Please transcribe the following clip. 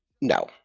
No